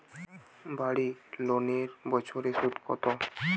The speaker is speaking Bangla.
বাড়ি লোনের বছরে সুদ কত?